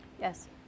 Yes